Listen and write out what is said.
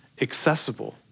accessible